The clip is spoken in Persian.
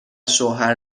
شوهر